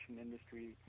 industry